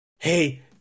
Hey